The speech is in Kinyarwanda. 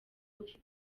bufite